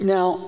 Now